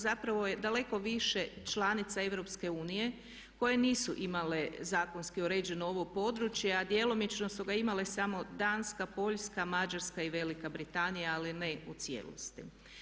Zapravo je daleko više članica EU koje nisu imali zakonski uređeno ovo područje a djelomično su ga imale samo Danska, Poljska, Mađarska i Velika Britanija ali ne u cijelosti.